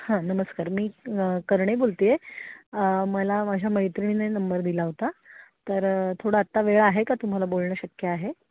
हां नमस्कार मी करणे बोलते आहे मला माझ्या मैत्रिणीने नंबर दिला होता तर थोडा आत्ता वेळ आहे का तुम्हाला बोलणं शक्य आहे